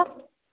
hello